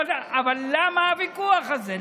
אבל למה הוויכוח הזה?